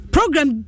Program